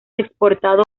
exportado